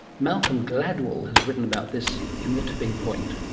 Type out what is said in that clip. malcolm gladwell has written about this in the tipping point.